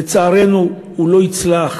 לצערנו הוא לא יצליח.